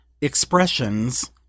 Expressions